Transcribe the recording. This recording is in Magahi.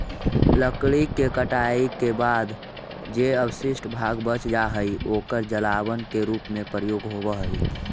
लकड़ी के कटाई के बाद जे अवशिष्ट भाग बच जा हई, ओकर जलावन के रूप में प्रयोग होवऽ हई